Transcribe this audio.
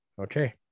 Okay